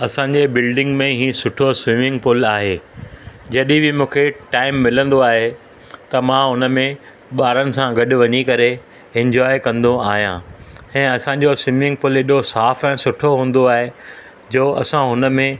असांजे बिल्डिंग में ई सुठो स्विमिंग पुल आहे जॾहिं बि मूंखे टाइम मिलंदो आहे त मां उन में ॿारनि सां गॾु वञी करे एन्जॉय कंदो आहियां हे असांजो स्विमिंग पुल हेॾो साफ़ु ऐं सुठो हूंदो आहे जो असां उन में